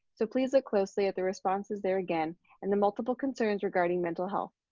so please look closely at the responses there again and the multiple concerns regarding mental health.